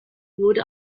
wurde